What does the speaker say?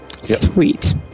Sweet